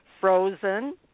Frozen